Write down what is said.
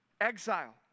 exile